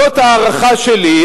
זאת ההערכה שלי.